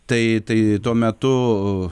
tai tai tuo metu